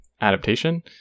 adaptation